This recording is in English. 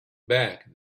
back